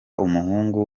umuhungu